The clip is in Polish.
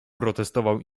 protestował